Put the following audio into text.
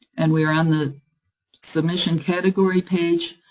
and we are on the submission category page.